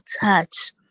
touch